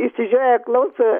išsižioję klauso